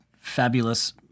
fabulous